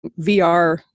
vr